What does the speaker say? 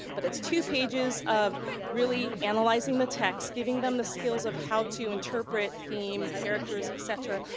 but it's two pages of really analyzing the text, giving them the skills of how to interpret theme, characters, et cetera,